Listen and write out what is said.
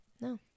no